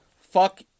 fuck